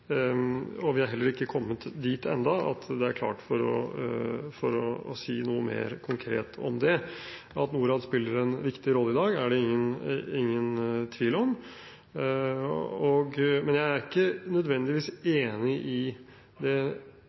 Vi har ennå heller ikke kommet dit at det er klart for å si noe mer konkret om det. At Norad spiller en viktig rolle i dag, er det ingen tvil om, men jeg er ikke nødvendigvis enig i problemstillingen som Hareide trekker frem. Det